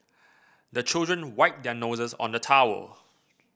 the children wipe their noses on the towel